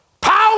Power